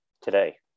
today